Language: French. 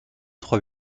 trois